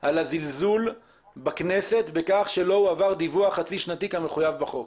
על הזלזול בכנסת בכך שלא הועבר דיווח חצי שנתי כמחויב בחוק?